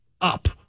up